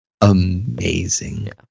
amazing